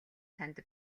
танд